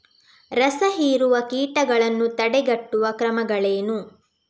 ರಸಹೀರುವ ಕೀಟಗಳನ್ನು ತಡೆಗಟ್ಟುವ ಕ್ರಮಗಳೇನು?